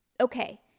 okay